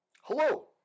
hello